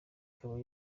ikaba